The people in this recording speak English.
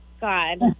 God